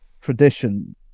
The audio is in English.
tradition